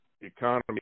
economy